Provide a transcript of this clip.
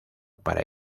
para